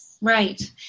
right